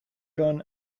gun